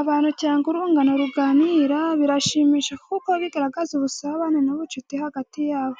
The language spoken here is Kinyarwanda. Abantu cyangwa urungano ruganira birashimisha kuko bigaragaza ubusabane n’ubucuti hagati yabo.